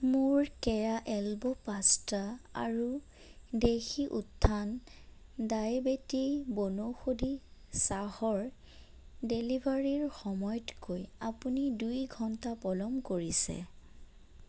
মোৰ Keya elbow pasta আৰু দেশী উত্থান ডায়বেটি বনৌষধি চাহৰ ডেলিভাৰীৰ সময়তকৈ আপুনি দুই ঘণ্টা পলম কৰিছে